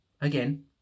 again